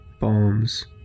bombs